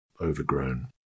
overgrown